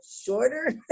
shorter